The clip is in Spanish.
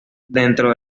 dentro